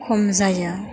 खम जायो